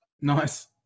Nice